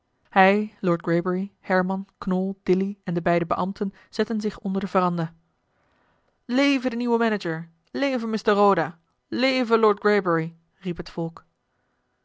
lord greybury herman knol dilly en de beide beambten zetten zich onder de veranda eli heimans willem roda leve de nieuwe manager leve mr roda leve lord greybury riep het volk